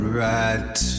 right